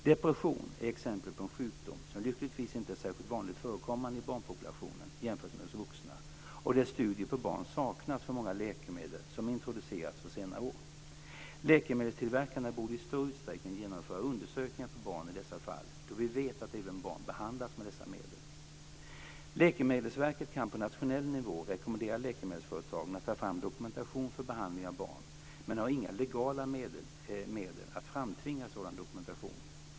Depression är exempel på en sjukdom som lyckligtvis inte är särskilt vanligt förekommande i barnpopulationen jämfört med hos vuxna och där studier på barn saknas för många läkemedel som introducerats på senare år. Läkemedelstillverkarna borde i större utsträckning genomföra undersökningar på barn i dessa fall då vi vet att även barn behandlas med dessa medel. Läkemedelsverket kan på nationell nivå rekommendera läkemedelsföretagen att ta fram dokumentation för behandling av barn men har inga legala medel att framtvinga sådan dokumentation.